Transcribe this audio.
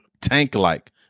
tank-like